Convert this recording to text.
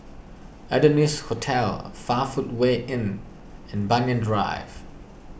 Adonis Hotel five Footway Inn and Banyan Drive